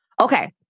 Okay